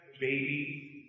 baby